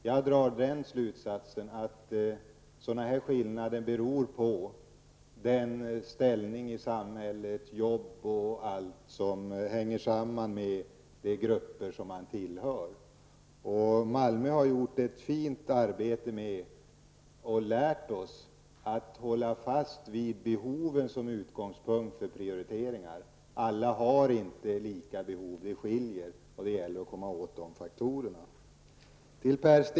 Jag drar den slutsatsen att sådana skillnader beror på ställning i samhället, arbete och annat som hänger samman med den grupp man tillhör. Man har gjort ett fint arbete i Malmö och lärt oss att hålla fast vid behoven som utgångspunkt för prioriteringar. Alla har inte lika behov, utan vi skiljer oss åt. Det gäller att komma åt de faktorerna.